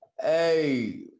Hey